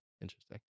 interesting